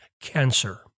cancer